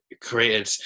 created